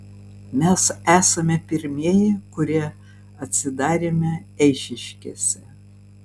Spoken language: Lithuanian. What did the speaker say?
mes esame pirmieji kurie atsidarėme eišiškėse